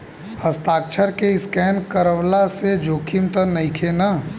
हस्ताक्षर के स्केन करवला से जोखिम त नइखे न?